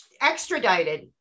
Extradited